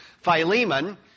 Philemon